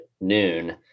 noon